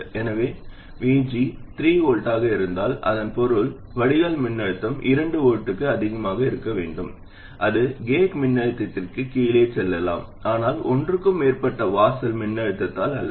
எனவே VG 3 V ஆக இருந்தால் இதன் பொருள் வடிகால் மின்னழுத்தம் 2 V க்கும் அதிகமாக இருக்க வேண்டும் அது கேட் மின்னழுத்தத்திற்கு கீழே செல்லலாம் ஆனால் ஒன்றுக்கு மேற்பட்ட வாசல் மின்னழுத்தத்தால் அல்ல